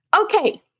Okay